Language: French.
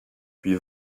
puis